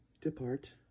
depart